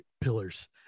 pillars